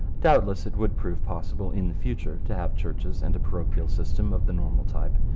doubtless it would prove possible in the future to have churches and a parochial system of the normal type.